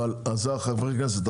אבל זה חברי הכנסת,